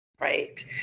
Right